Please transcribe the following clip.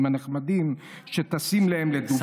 הנחמדים שטסים להם לדובאי ולכל המקומות.